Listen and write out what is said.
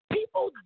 People